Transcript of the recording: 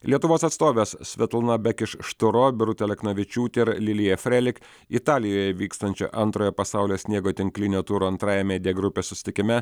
lietuvos atstovės svetlana bekiš šturo birutė aleknavičiūtė ir lilija frelik italijoje vykstančio antrojo pasaulio sniego tinklinio turo antrajame d grupės susitikime